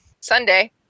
sunday